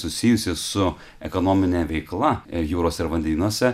susijusi su ekonomine veikla jūrose ir vandenynuose